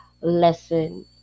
lesson